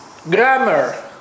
grammar